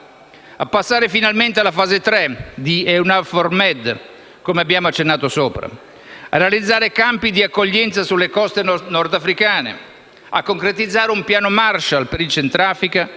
passare finalmente alla fase tre di EUNAVFOR MED, come abbiamo accennato in precedenza? Di realizzare campi di accoglienza sulle coste nordafricane? Di concretizzare un piano Marshall per il Centro Africa,